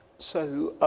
so